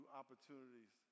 opportunities